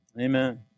Amen